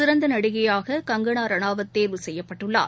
சிறந்த நடிகையாக கங்கனா ரனாவத் தேர்வு செய்யப்பட்டுள்ளார்